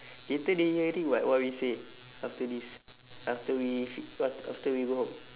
later they hearing [what] what we say after this after we fi~ after after we go home